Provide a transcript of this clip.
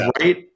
right